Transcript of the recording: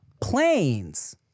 planes